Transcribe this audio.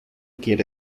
quiere